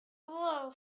blue